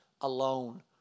alone